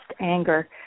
anger